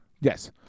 Yes